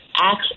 acts